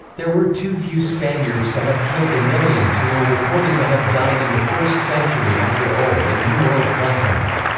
there were too few spaniards to have killed the millions who were reported to have died in the first century after old and new world contact.